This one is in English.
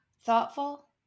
thoughtful